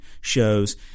shows –